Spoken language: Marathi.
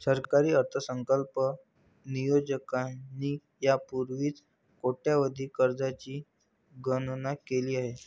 सरकारी अर्थसंकल्प नियोजकांनी यापूर्वीच कोट्यवधी कर्जांची गणना केली आहे